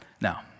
Now